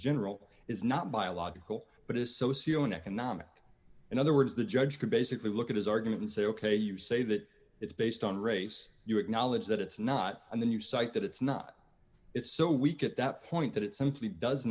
general is not biological but his socio economic in other words the judge could basically look at his argument and say ok you say that it's based on race you acknowledge that it's not and then you cite that it's not it's so weak at that point that it simply does